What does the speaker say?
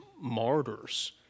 martyrs